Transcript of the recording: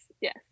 yes